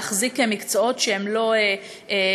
להחזיק מקצועות שהם לא תחרותיים,